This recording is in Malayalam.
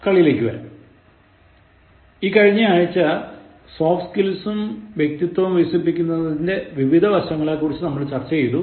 കളിയിലേക്ക് വരാം ഈ കഴിഞ്ഞ ആഴ്ച്ച സോഫ്റ്റ്റ് സ്കിൽസും വ്യതിത്വവും വികസിപ്പിക്കുന്നതിൻറെ വിവിധ വശങ്ങളെക്കുറിച്ച് നമ്മൾ ചർച്ച ചെയ്തു